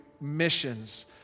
missions